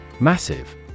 Massive